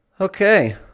Okay